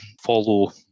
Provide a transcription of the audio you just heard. follow